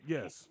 Yes